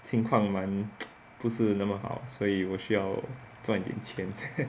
近况蛮不是那么好所以我需要赚点钱